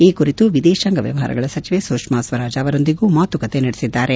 ಈ ಕುರಿತು ವಿದೇಶಾಂಗ ವ್ಯವಹಾರಗಳ ಸಚಿವೆ ಸುಷ್ಮಾ ಸ್ವರಾಜ್ ಅವರೊಂದಿಗೂ ಮಾತುಕತೆ ನಡೆಸಿದ್ದಾರೆ